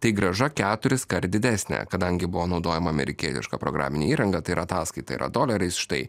tai grąža keturiskart didesnė kadangi buvo naudojama amerikietiška programinė įranga tai ir ataskaita yra doleriais štai